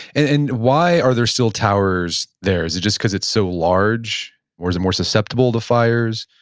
and why are there still towers there? is it just because it's so large or is it more susceptible to fires?